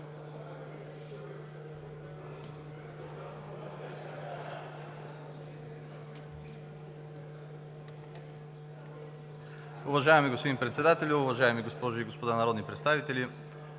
Уважаеми господин Председателю, уважаеми госпожи и господа народни представители!